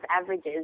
averages